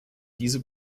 diese